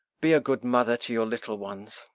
be a good mother to your little ones,